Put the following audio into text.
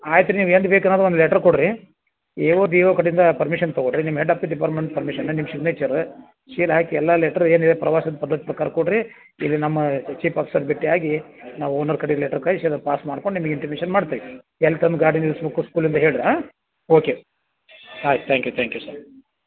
ಆಯ್ತು ರೀ ನೀವು ಎಂದು ಬೇಕು ಅನ್ನೋದ್ ಒಂದು ಲೆಟ್ರ್ ಕೊಡಿರಿ ಏ ಓ ದೀವೋ ಕಡಿಂದು ಪರ್ಮಿಷನ್ ತೊಗೊಳ್ರೀ ನಿಮ್ಮ ಹೆಡ್ ಆಪ್ ದಿ ಡಿಪಾರ್ಟ್ಮೆಂಟ್ ಪರ್ಮಿಷನ್ನ ನಿಮ್ಮ ಸಿಗ್ನೇಚರ ಶೀಲ್ ಹಾಕಿ ಎಲ್ಲ ಲೆಟ್ರ್ ಏನಿದೆ ಪ್ರವಾಸದ ಪದ್ಧತಿ ಪ್ರಕಾರ ಕೊಡಿರಿ ಇಲ್ಲಿ ನಮ್ಮ ಚೀಪ್ ಆಫ್ಸರ್ ಭೇಟಿಯಾಗಿ ನಾವು ಓನರ್ ಕಡೆಗ್ ಲೆಟ್ರ್ ಕಳ್ಸ್ ಅದು ಪಾಸ್ ಮಾಡ್ಕೊಂಡು ನಿಮಗೆ ಇಂಟಿಮಿಷನ್ ಮಾಡ್ತೇವೆ ಎಲ್ಲಿ ತಂದು ಗಾಡಿ ನಿಲ್ಸ್ಬೇಕು ಸ್ಕೂಲಿಂದ ಹೇಳಿರಿ ಹಾಂ ಓಕೆ ಆಯ್ತು thank you thank you sir